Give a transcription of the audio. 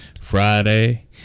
friday